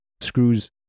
screws